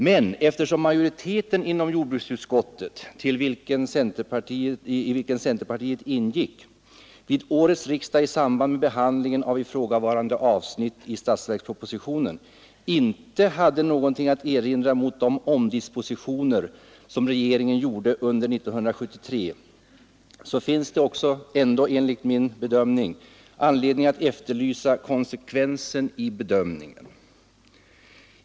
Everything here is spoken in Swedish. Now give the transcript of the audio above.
Men eftersom majoriteten inom jordbruksutskottet, i vilken centerpartiet ingick, vid årets riksdag i samband med behandlingen av ifrågavarande avsnitt i statsverkspropositionen inte hade någonting att erinra mot de omdispositioner som regeringen gjorde under 1973, finns det enligt min mening ändå skäl att efterlysa konsekvensen i centerpartiets bedömning.